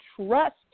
trust